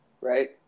right